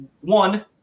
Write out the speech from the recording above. one